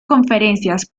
conferencias